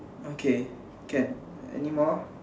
okay can anymore